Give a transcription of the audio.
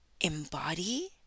embody